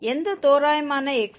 எந்த தோராயமான xk